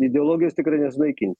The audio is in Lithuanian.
ideologijos tikrai nesunaikin